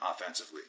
offensively